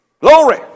glory